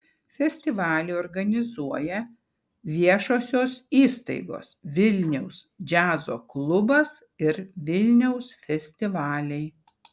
festivalį organizuoja viešosios įstaigos vilniaus džiazo klubas ir vilniaus festivaliai